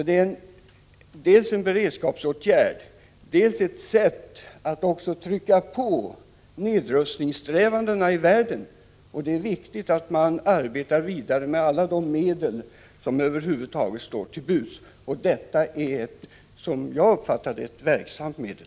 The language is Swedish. Det är dels en beredskapsåtgärd, dels ett sätt att trycka på nedrustningssträvandena i världen. Det är viktigt att arbeta vidare med alla de medel som över huvud taget står till buds. Denna utredning är, som jag uppfattar det, ett verksamt medel.